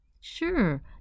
Sure